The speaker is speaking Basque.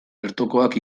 bertokoak